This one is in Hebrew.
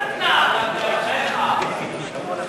התשע"ד 2014,